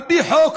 על פי חוק,